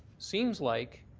seems like,